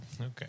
Okay